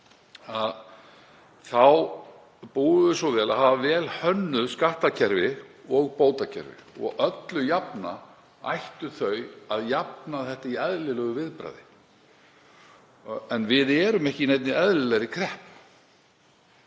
Þá búum við svo vel að hafa vel hönnuð skattkerfi og bótakerfi og alla jafna ættu þau að jafna þetta í eðlilegu viðbragði. En við erum ekki í neinni eðlilegri kreppu